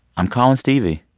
i'm calling stevie?